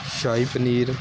shahi paneer